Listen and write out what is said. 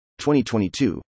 2022